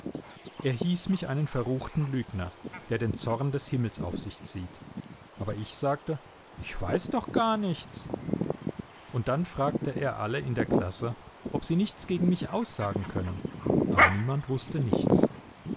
er hieß mich einen verruchten lügner der den zorn des himmels auf sich zieht aber ich sagte ich weiß doch gar nichts und dann fragte er alle in der klasse ob sie nichts gegen mich aussagen können aber niemand wußte nichts